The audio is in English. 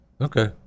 okay